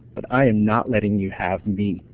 but i am not letting you have me.